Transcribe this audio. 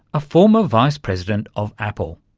a former vice president of apple.